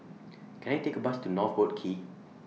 Can I Take A Bus to North Boat Quay